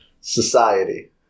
society